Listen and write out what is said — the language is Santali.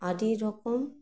ᱟᱹᱰᱤ ᱨᱚᱠᱚᱢ